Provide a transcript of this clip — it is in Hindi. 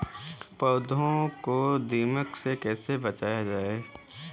पौधों को दीमक से कैसे बचाया जाय?